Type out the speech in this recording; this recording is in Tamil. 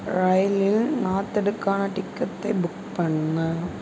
ரயிலில் நாத்தெடுக்கான டிக்கெட்டை புக் பண்ணு